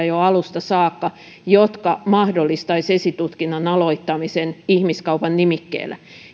jo alusta saakka jotka mahdollistaisivat esitutkinnan aloittamisen ihmiskaupan nimikkeellä